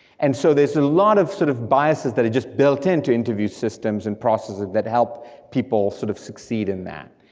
and so there's a lot of sort of biases, that are just built into interview systems and processes that help people sort of succeed in that.